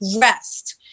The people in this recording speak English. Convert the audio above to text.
rest